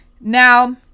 now